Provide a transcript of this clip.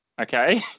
Okay